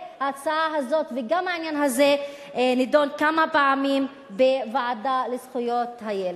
וההצעה הזאת וגם העניין הזה נדונו כמה פעמים בוועדה לזכויות הילד.